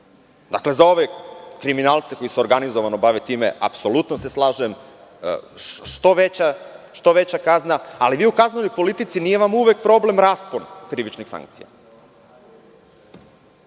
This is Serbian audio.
za ove kriminalce koji se organizovano bave time, apsolutno se slažem, što veća kazna, ali u kaznenoj politici nije vam uvek problem raspon krivičnih sankcija.